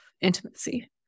intimacy